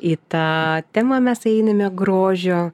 į tą temą mes einame grožio